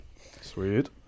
sweet